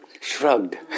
Shrugged